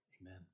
amen